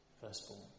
firstborn